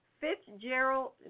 Fitzgerald